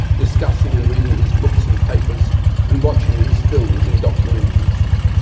discussing and reading his books and papers and watching his films and documentaries.